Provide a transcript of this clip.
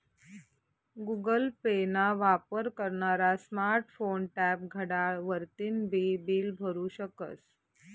Google pay ना वापर करनारा स्मार्ट फोन, टॅब, घड्याळ वरतीन बी बील भरु शकस